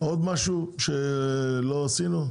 עוד משהו שלא עשינו?